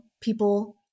people